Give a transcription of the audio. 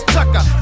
Tucker